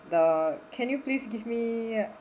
the can you please give me